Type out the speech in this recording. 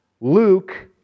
Luke